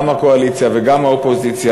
גם הקואליציה וגם האופוזיציה,